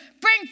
Bring